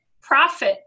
profit